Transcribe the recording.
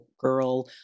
girl